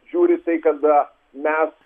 žiūri tai kada mes